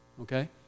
Okay